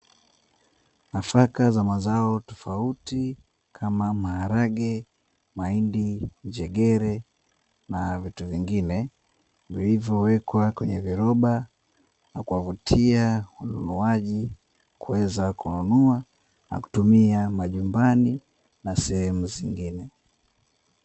Nafaka za mazao tofauti kama maharage, mahindi, njegere na vitu vingine vilivyowekwa kwenye viroba na kwa vutia wanunuaji kuweza kununua na kutumia majumbani na sehemu zingine.